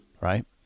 right